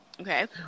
Okay